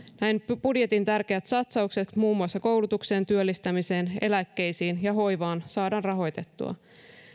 näin budjetin tärkeät satsaukset muun muassa koulutukseen työllistämiseen eläkkeisiin ja hoivaan saadaan rahoitettua